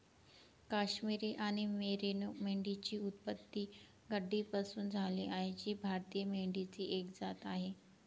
काश्मिरी आणि मेरिनो मेंढ्यांची उत्पत्ती गड्डीपासून झाली आहे जी भारतीय मेंढीची एक जात आहे